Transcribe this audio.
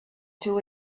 two